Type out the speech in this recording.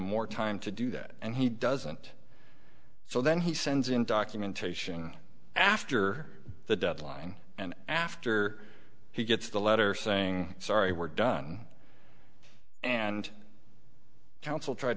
more time to do that and he doesn't so then he sends in documentation after the deadline and after he gets the letter saying sorry we're done and counsel tried